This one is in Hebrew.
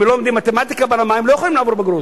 אם הם לא לומדים מתמטיקה ברמה הם לא יכולים לעבור בגרות.